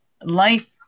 Life